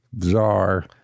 czar